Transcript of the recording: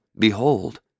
Behold